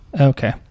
Okay